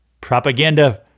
propaganda